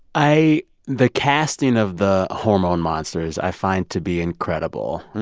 i the casting of the hormone monsters i find to be incredible.